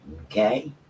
Okay